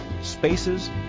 spaces